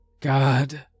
God